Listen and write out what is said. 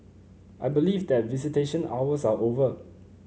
I believe that visitation hours are over